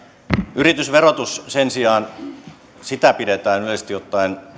yritysverotusta sen sijaan pidetään yleisesti ottaen